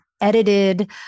edited